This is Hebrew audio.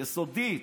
יסודית.